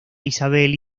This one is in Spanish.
isabel